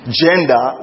gender